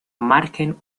margen